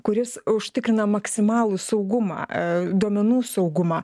kuris užtikrina maksimalų saugumą duomenų saugumą